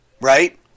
right